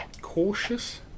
cautious